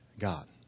God